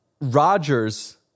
Rodgers